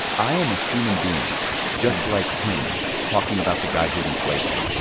i am a human being just like him talking about the guy who had enslaved him.